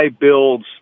builds